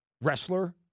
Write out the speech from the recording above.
Wrestler